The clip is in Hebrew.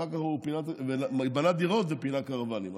בנה דירות ופינה קרוונים.